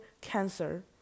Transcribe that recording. cancer